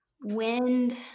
wind